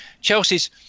chelsea's